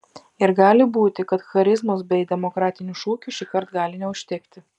ir gali būti kad charizmos bei demokratinių šūkių šįkart gali neužtekti